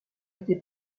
été